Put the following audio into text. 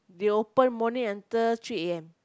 they open morning until three A_M